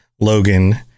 logan